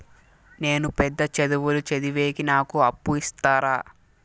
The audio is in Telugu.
నేను పెద్ద చదువులు చదివేకి నాకు అప్పు ఇస్తారా